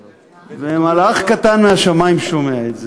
ומלאך קטן מהשמים שומע את זה,